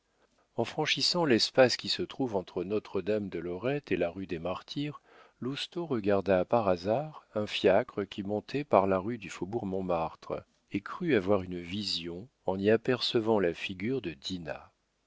en franchissant l'espace qui se trouve entre notre dame de lorette et la rue des martyrs lousteau regarda par hasard un fiacre qui montait par la rue du faubourg montmartre et crut avoir une vision en y apercevant la figure de dinah